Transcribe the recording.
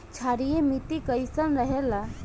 क्षारीय मिट्टी कईसन रहेला?